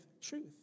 truth